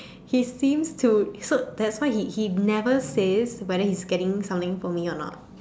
he seems to so that's why he he never say but he's getting something for me or not